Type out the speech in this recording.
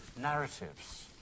narratives